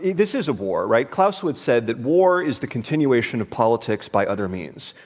yeah this is a war, right? clauswood said that war is the continuation of politics by other means.